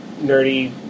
nerdy